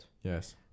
Yes